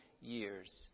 years